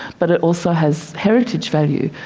but it also has heritage value.